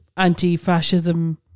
anti-fascism